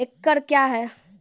एकड कया हैं?